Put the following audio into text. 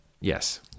yes